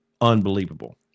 unbelievable